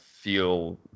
Feel